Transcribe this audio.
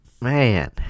man